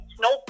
no